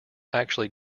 actually